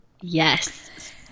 Yes